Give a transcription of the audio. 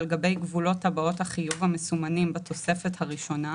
על גבי גבולות טבעות החיוב המסומנים בתוספת הראשונה,